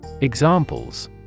Examples